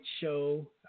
show